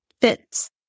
fits